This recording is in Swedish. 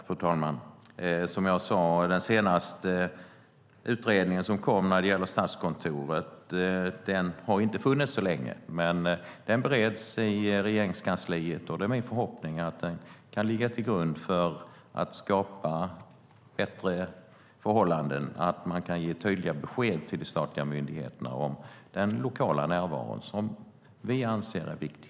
Fru talman! Som jag sade har den senaste utredningen från Statskontoret inte funnits så länge. Den bereds i Regeringskansliet, och det är min förhoppning att den kan ligga till grund för att skapa bättre förhållanden och att man kan ge tydliga besked till de statliga myndigheterna om den lokala närvaron, som vi anser är viktig.